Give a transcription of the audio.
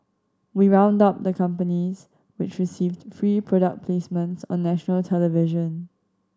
we round up the companies which received free product placements on national television